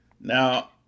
Now